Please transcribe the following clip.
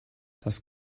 das